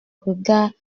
regards